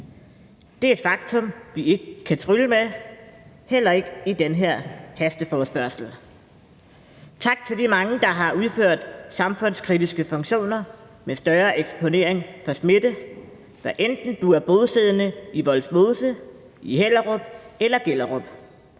er et faktum, vi ikke kan trylle bort, heller ikke i den her hasteforespørgsel. Tak til jer mange, der har udført samfundskritiske funktioner og har været udsat for større eksponering af smitte, hvad enten I er bosiddende i Vollsmose, Hellerup eller Gellerup.